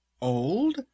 Old